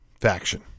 faction